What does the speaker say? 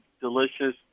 delicious